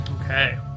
okay